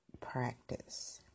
practice